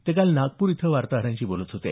ते काल नागपूर इथं वार्ताहरांशी बोलत होते